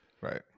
right